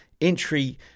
entry